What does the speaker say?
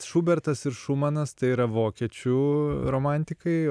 šubertas ir šumanas tai yra vokiečių romantikai